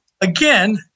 again